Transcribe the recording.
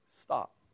stop